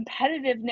competitiveness